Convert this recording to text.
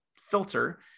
filter